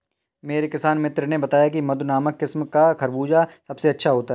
मेरे किसान मित्र ने बताया की मधु नामक किस्म का खरबूजा सबसे अच्छा होता है